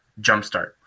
jumpstart